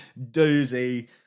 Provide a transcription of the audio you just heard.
doozy